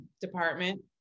department